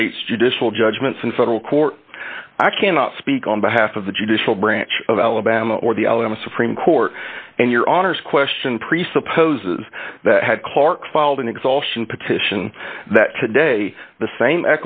state's judicial judgments in federal court i cannot speak on behalf of the judicial branch of alabama or the alabama supreme court and your honors question presupposes that had clark filed an exhaustion petition that today the same